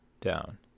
down